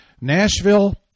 Nashville